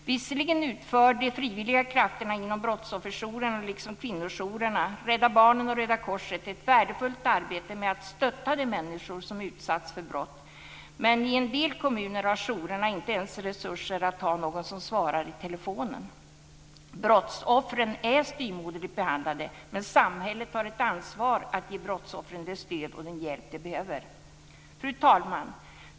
Visserligen utför de frivilliga krafterna inom brottsofferjourerna liksom kvinnojourerna, Rädda Barnen och Röda korset ett värdefullt arbete med att stötta de människor som utsatts för brott, men i en del kommuner har jourerna inte ens resurser att ha någon som svarar i telefonen. Brottsoffren är styvmoderligt behandlade, men samhället har ett ansvar för att ge brottsoffren det stöd och den hjälp de behöver. Fru talman!